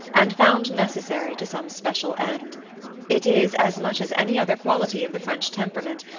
and found necessary to some special end it is, as much as any other quality of the french temperament,